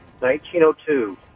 1902